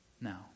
Now